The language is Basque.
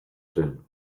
zen